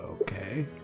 okay